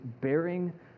bearing